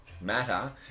matter